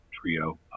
trio